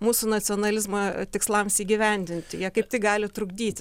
mūsų nacionalizmą tikslams įgyvendinti jie kaip tik gali trukdyti